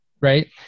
Right